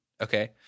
Okay